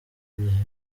gihe